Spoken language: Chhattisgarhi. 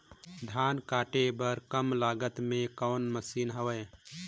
धान काटे बर कम लागत मे कौन मशीन हवय?